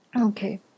Okay